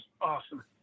awesome